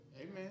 Amen